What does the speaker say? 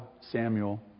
Samuel